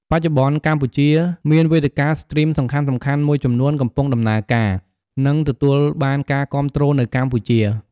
បច្ចុប្បន្នកម្ពុជា មានវេទិកាស្ទ្រីមសំខាន់ៗមួយចំនួនកំពុងដំណើរការ និងទទួលបានការគាំទ្រនៅកម្ពុជា។